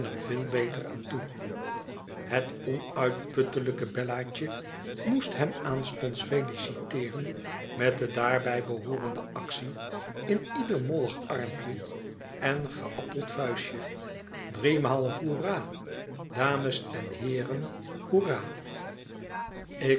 veel beter aan toe het onuitputtelijke bellaatje moest hem aanstonds feliciteeren met de daarbij behoorende actie in ieder molig armpje en geappeld vuistje driemaal hoera dames en heeren hoera